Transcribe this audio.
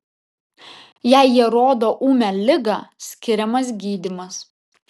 jei jie rodo ūmią ligą skiriamas gydymas